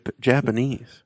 Japanese